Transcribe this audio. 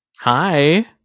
Hi